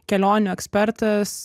kelionių ekspertas